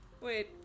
Wait